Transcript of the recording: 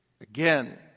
again